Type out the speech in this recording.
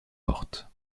mortes